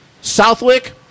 Southwick